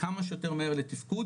כמה שיותר מהר לתפקוד